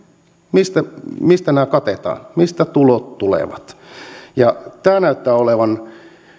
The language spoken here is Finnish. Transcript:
mistä mistä nämä katetaan mistä tulot tulevat ja tämä näyttää olevan